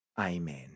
Amen